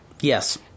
Yes